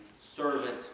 servant